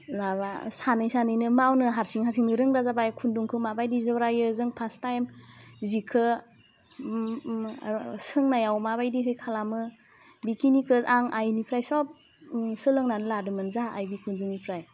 माबा सानै सानैनो मावनो हारसिं हारसिंनो रोंग्रा जाबाय खुन्दुंखौ माबायदि जरायो जों फास्ट टाइम जिखौ आरो सोंनायाव माबायदिहै खालामो बेखिनिखौ आं आइनिफ्राइ सब सोलोंनानै लादोंमोन जोंहा आइ बिखुनजोनिफ्राइ